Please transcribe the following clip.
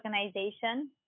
organization